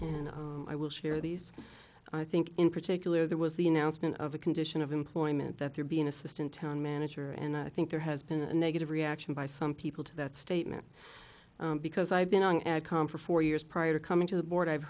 know i will share these i think in particular there was the announcement of a condition of employment that there be an assistant town manager and i think there has been a negative reaction by some people to that statement because i've been going at com for four years prior to coming to the board i've